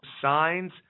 signs